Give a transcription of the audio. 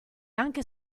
anche